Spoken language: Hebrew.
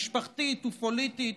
משפחתית ופוליטית,